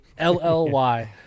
LLY